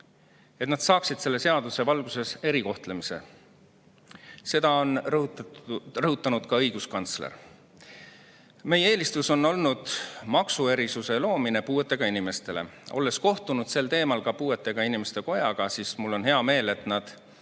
et nad saaksid selle seaduse valguses erikohtlemise. Selle [vajalikkust] on rõhutanud ka õiguskantsler. Meie eelistus on olnud maksuerisuse loomine puuetega inimestele. Olles kohtunud sel teemal ka puuetega inimeste kojaga, on mul hea meel, et nad